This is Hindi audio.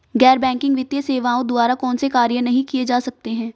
गैर बैंकिंग वित्तीय सेवाओं द्वारा कौनसे कार्य नहीं किए जा सकते हैं?